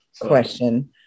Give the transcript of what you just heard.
question